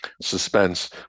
suspense